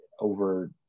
Over